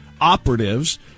operatives